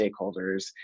stakeholders